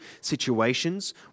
situations